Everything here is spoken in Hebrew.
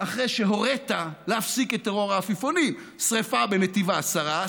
אחרי שהורית להפסיק את טרור העפיפונים: שרפה בנתיב העשרה,